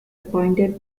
appointed